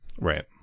Right